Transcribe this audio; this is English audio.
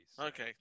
Okay